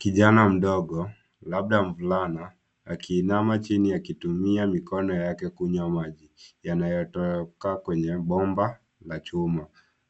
Kijana mdogo, labda mvulana, akiinama chini akitumia mikono yake kunywa maji yanayotoka kwenye bomba la chuma.